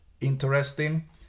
interesting